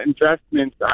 investments